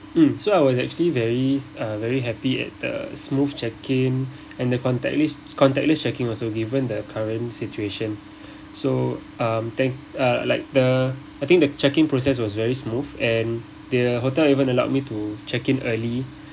mm so I was actually very uh very happy at the smooth check-in and the contactless contactless check-in also given the current situation so um thank uh like the I think the check-in process was very smooth and the hotel even allowed me to check in early